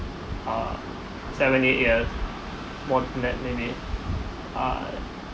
uh seven eight year more than that maybe uh